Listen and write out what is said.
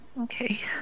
Okay